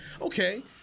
okay